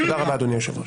תודה רבה, אדוני היושב-ראש.